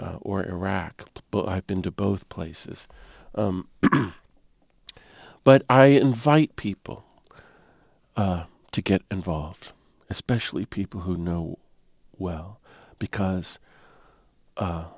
or iraq but i've been to both places but i invite people to get involved especially people who know well because